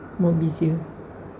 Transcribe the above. more busier